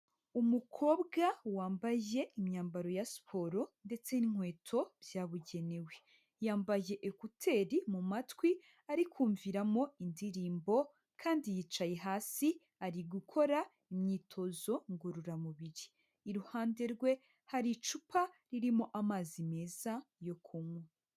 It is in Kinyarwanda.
Umukobwa wambaye imyambaro ya siporo ndetse n'inkweto byabugenewe. Yambaye ekuteri mu matwi ari kumviramo indirimbo kandi yicaye hasi ari gukora imyitozo ngororamubiri. Iruhande rwe, hari icupa ririmo amazi meza yo kunywa.